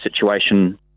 situation